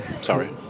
Sorry